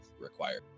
required